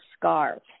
scarves